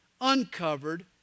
uncovered